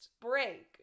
break